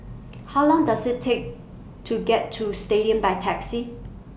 How Long Does IT Take to get to Stadium By Taxi